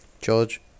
George